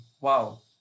Wow